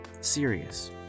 serious